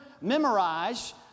memorize